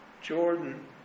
Jordan